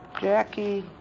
jackie.